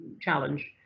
challenge